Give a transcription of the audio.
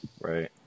Right